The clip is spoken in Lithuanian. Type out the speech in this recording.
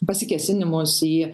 pasikėsinimus į